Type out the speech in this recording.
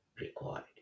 required